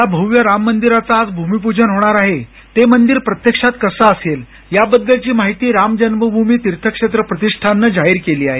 ज्या भव्य राम मंदिराचं भूमिपूजन होणार आहे ते मंदिर प्रत्यक्षात कसं असेल याबद्दलची माहिती राम जन्मभूमी तीर्थक्षेत्र प्रतिष्ठानानं जाहीर केली आहे